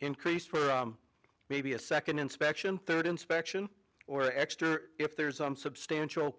increased maybe a second inspection third inspection or extra if there's some substantial